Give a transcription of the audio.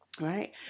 right